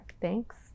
thanks